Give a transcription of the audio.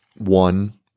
One